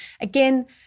again